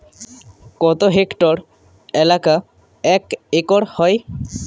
কত হেক্টর এলাকা এক একর হয়?